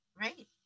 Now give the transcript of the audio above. Right